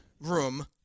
room